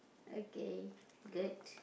okay good